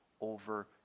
over